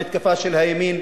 המתקפה של הימין,